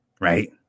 right